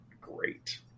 great